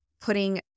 putting